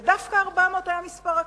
ודווקא 400 היה מספר הקסם?